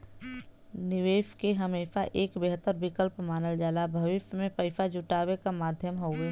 निवेश के हमेशा एक बेहतर विकल्प मानल जाला भविष्य में पैसा जुटावे क माध्यम हउवे